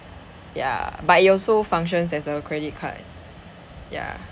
ya but it also functions as a credit card ya